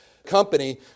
company